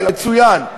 מצוין.